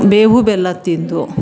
ಬೇವು ಬೆಲ್ಲ ತಿಂದು